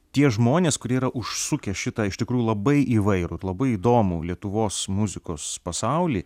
tie žmonės kurie yra užsukę šitą iš tikrųjų labai įvairų labai įdomų lietuvos muzikos pasaulį